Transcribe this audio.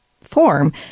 form